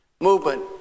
movement